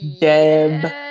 Deb